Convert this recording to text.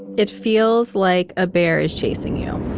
it feels like a bear is chasing you.